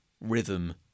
rhythm